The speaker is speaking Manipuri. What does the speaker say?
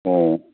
ꯑꯣ